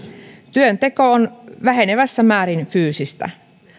työnteko on vähenemässä määrin fyysistä